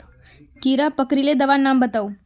कीड़ा पकरिले दाबा नाम बाताउ?